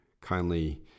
kindly